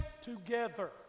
together